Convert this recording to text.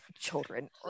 children